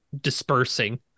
dispersing